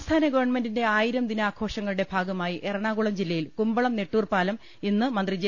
സംസ്ഥാന ഗവൺമെന്റിന്റെ ആയിരം ദിനാഘോഷങ്ങളുടെ ഭാഗമായി എറണാകുളം ജില്ലയിൽ കുമ്പളം നെട്ടൂർപാലം ഇന്ന് മന്ത്രി ജെ